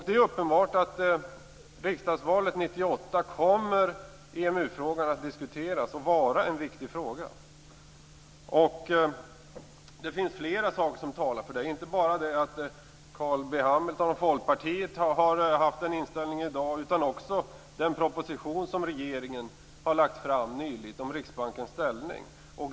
Det är uppenbart att EMU-frågan kommer att diskuteras och vara en viktig fråga i riksdagsvalet 1998. Det finns flera saker som talar för det. Inte bara att Carl B Hamilton och Folkpartiet har haft den inställningen i dag, utan också den proposition som regeringen nyligen lagt fram om Riksbankens ställning.